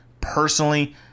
personally